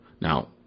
Now